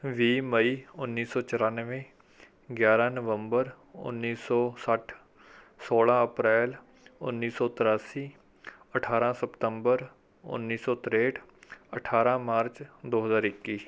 ਵੀਹ ਮਈ ਉੱਨੀ ਸੌ ਚੁਰਾਨਵੇਂ ਗਿਆਰਾਂ ਨਵੰਬਰ ਉੱਨੀ ਸੌ ਸੱਠ ਸੋਲ੍ਹਾਂ ਅਪ੍ਰੈਲ ਉੱਨੀ ਸੌ ਤ੍ਰਿਆਸੀ ਅਠਾਰਾਂ ਸਪਤੰਬਰ ਉੱਨੀ ਸੌ ਤ੍ਰੇਹਠ ਅਠਾਰਾਂ ਮਾਰਚ ਦੋ ਹਜ਼ਾਰ ਇੱਕੀ